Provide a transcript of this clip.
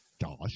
Josh